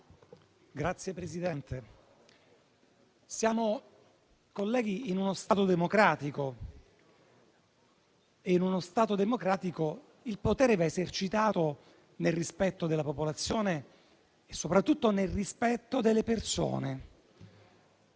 Signor Presidente, colleghi, siamo in uno Stato democratico. E in uno Stato democratico il potere va esercitato nel rispetto della popolazione e soprattutto nel rispetto delle persone.